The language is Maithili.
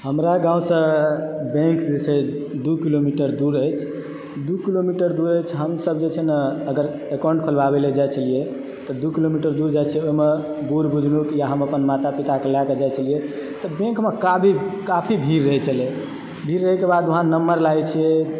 हमरा गाँवसँ बैंक जे छै दू किलोमीटर दूर अछि दू किलोमीटर दूर अछि हमसभ जे छै न अगर एकाउंट खोलबाबै लऽ जाइत छलियै तऽ दू किलोमीटर दूर जाइत छियै ओहिमे बूढ़ बुजुर्ग या हम अपन माता पिताके लायके जाइत छलियै तऽ बैंकमे काफी भीड़ रहय छलय भीड़ रहयके बाद वहाँ नम्बर लागैत छियै